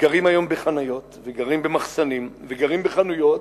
גרים היום בחניות וגרים במחסנים וגרים בחנויות,